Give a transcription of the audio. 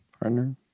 Partner